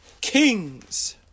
Kings